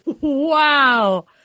Wow